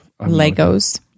Legos